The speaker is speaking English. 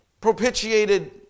propitiated